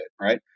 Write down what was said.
Right